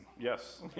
Yes